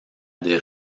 des